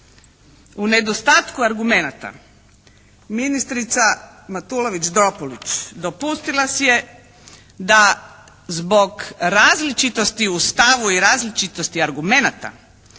U nedostatku argumenata ministrica Matulović-Dropulić dopustila si je da zbog različitosti u stavu i različitosti argumenata